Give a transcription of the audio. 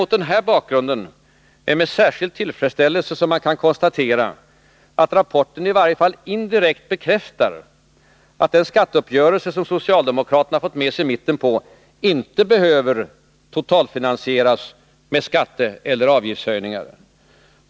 Mot den här bakgrunden är det med särskild tillfredsställelse som jag kan konstatera att rapporten, i varje fall indirekt, bekräftar att den skatteuppgörelse som socialdemokraterna fått med sig mittenpartierna på inte behöver ”totalfinansieras” med skatteeller avgiftshöjningar.